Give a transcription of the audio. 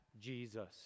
Jesus